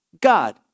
God